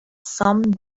some